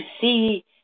see